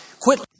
Quit